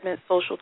social